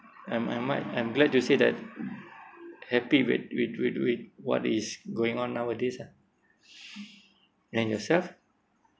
I'm I'm might I'm glad to say that happy with with with with what is going on nowadays ah and yourself